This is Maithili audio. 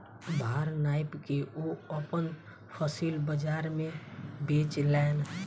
भार नाइप के ओ अपन फसिल बजार में बेचलैन